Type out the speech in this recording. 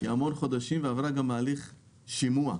הרבה חודשים ועברה גם הליך שימוע.